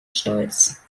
stolz